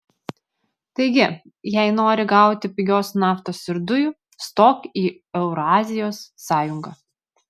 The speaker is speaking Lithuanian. taigi jei nori gauti pigios naftos ir dujų stok į eurazijos sąjungą